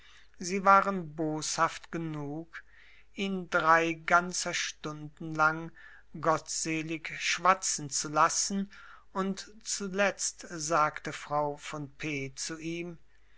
sie waren boshaft genug ihn drei ganzer stunden lang gottselig schwatzen zu lassen und zuletzt sagte frau von p zu ihm